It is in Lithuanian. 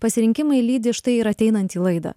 pasirinkimai lydi štai ir ateinant į laidą